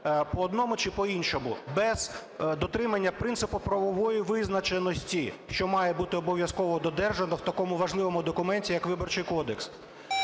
по одному чи по іншому, без дотримання принципу правової визначеності, що має бути обов'язково додержано в такому важливому документі, як Виборчий кодекс.